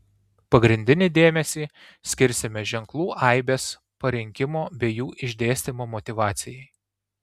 pagrindinį dėmesį skirsime ženklų aibės parinkimo bei jų išdėstymo motyvacijai